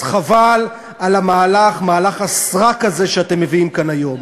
אז חבל על מהלך הסרק הזה שאתם מביאים כאן היום.